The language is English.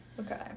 Okay